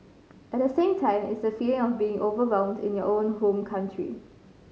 at the same time it's the feeling of being overwhelmed in your own home country